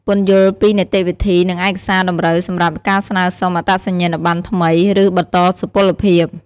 ពន្យល់ពីនីតិវិធី និងឯកសារតម្រូវសម្រាប់ការស្នើសុំអត្តសញ្ញាណប័ណ្ណថ្មី ឬបន្តសុពលភាព។